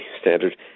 standard